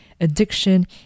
addiction